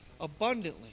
abundantly